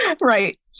right